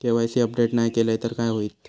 KYC update नाय केलय तर काय होईत?